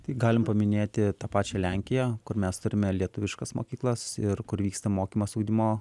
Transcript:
tai galim paminėti tą pačią lenkiją kur mes turime lietuviškas mokyklas ir kur vyksta mokymas ugdymo